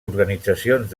organitzacions